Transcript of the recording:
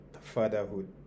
fatherhood